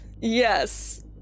Yes